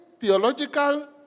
theological